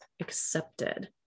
accepted